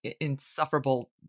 insufferable